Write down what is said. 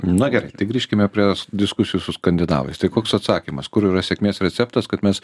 na gerai tik grįžkime prie diskusijų su skandinavais tai koks atsakymas kur yra sėkmės receptas kad mes